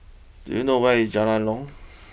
do you know where is Jalan long